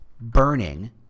burning